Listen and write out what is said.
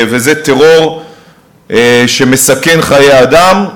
וזה טרור שמסכן חיי אדם.